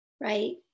right